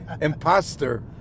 Imposter